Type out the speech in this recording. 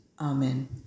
Amen